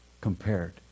compared